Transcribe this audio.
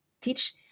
teach